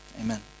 Amen